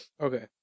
Okay